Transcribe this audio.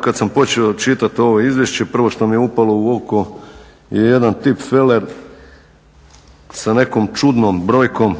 kada sam počeo čitati ovo izvješće prvo što mi je upalo u oko je jedan tipfeler sa nekom čudnom brojkom